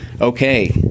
Okay